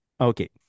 Okay